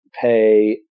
pay